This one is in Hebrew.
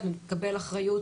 המשרד